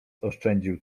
oszczędził